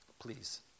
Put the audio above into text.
Please